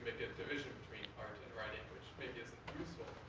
division between art and writing, which maybe isn't useful.